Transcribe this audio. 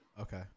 okay